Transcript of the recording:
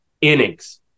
innings